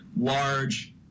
large